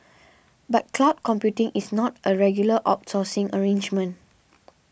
but cloud computing is not a regular outsourcing arrangement